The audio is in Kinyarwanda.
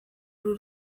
uru